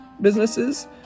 businesses